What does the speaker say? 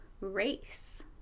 race